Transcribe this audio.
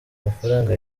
mafaranga